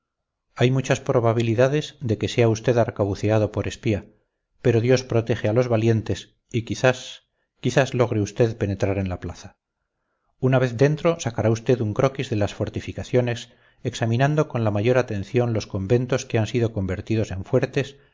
hay muchas probabilidades de que sea usted arcabuceado por espía pero dios protege a los valientes y quizás quizás logre usted penetrar en la plaza una vez dentro sacará usted un croquis de las fortificaciones examinando con la mayor atención los conventos que han sido convertidos en fuertes